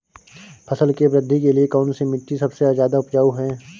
फसल की वृद्धि के लिए कौनसी मिट्टी सबसे ज्यादा उपजाऊ है?